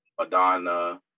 Madonna